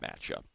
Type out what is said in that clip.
matchup